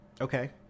okay